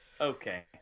Okay